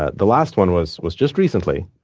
ah the last one was was just recently.